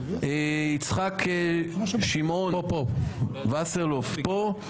יצחק שמעון וסרלוף פה,